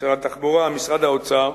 משרד התחבורה ומשרד האוצר,